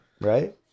right